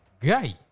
Guy